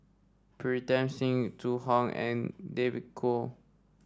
Pritam Singh Zhu Hong and David Kwo